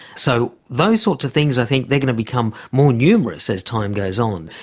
so those sorts of things, i think, they're going to become more numerous as time goes on.